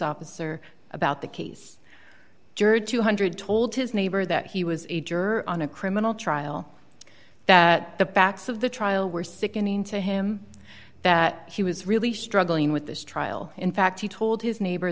officer about the case juror two hundred dollars told his neighbor that he was a juror on a criminal trial that the backs of the trial were sickening to him that he was really struggling with this trial in fact he told his neighbor